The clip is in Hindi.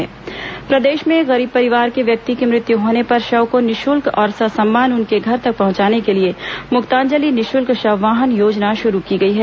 मुक्तांजलि शव वाहन प्रदेश में गरीब परिवार के व्यक्ति की मृत्यु होने पर शव को निःशुल्क और ससम्मान उनके घर तक पहंचाने के लिए मुक्तांजलि निःशुल्क शव वाहन योजना शुरू की गई है